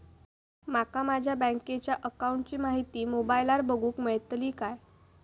माका माझ्या बँकेच्या अकाऊंटची माहिती मोबाईलार बगुक मेळतली काय?